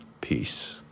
Peace